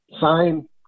sign